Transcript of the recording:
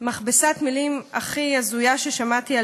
מכבסת המילים הכי הזויה ששמעתי.